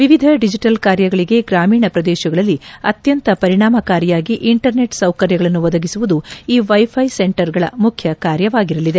ವಿವಿಧ ಡಿಜಿಟಲ್ ಕಾರ್ಯಗಳಿಗೆ ಗ್ರಾಮೀಣ ಪ್ರದೇಶಗಳಲ್ಲಿ ಅತ್ಯಂತ ಪರಿಣಾಮಕಾರಿಯಾಗಿ ಇಂಟರ್ನೆಟ್ ಸೌಕರ್ಯಗಳನ್ನು ಒದಗಿಸುವುದು ಈ ವೈಫೈ ಸೆಂಟರ್ಗಳ ಮುಖ್ಯ ಕಾರ್ಯವಾಗಿರಲಿದೆ